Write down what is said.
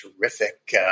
terrific